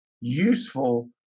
useful